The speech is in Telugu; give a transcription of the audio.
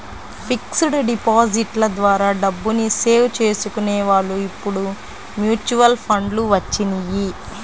ఫిక్స్డ్ డిపాజిట్ల ద్వారా డబ్బుని సేవ్ చేసుకునే వాళ్ళు ఇప్పుడు మ్యూచువల్ ఫండ్లు వచ్చినియ్యి